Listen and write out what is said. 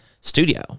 studio